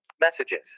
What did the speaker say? Messages